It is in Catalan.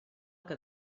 que